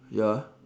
ya